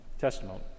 testimony